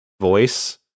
voice